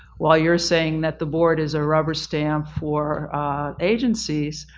while you're saying that the board is a rubber stamp for agencies,